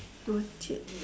don't cheat